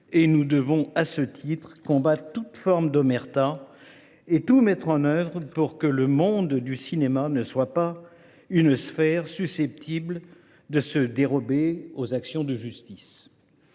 Nous devons à ce titre combattre toute forme d’omerta et tout mettre en œuvre pour que le monde du cinéma ne soit pas une sphère susceptible de se dérober à l’action de la justice.